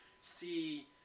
see